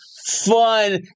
Fun